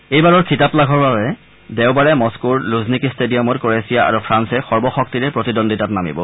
এইবাৰৰ খিতাপ লাভৰ বাবে দেওবাৰে মস্থোৰ লুঝনিকি ট্টেডিয়ামত ক্ৰৱেছিয়া আৰু ফ্ৰাপে সৰ্বশক্তিৰে প্ৰতিদ্বন্দ্বিতাত নামিব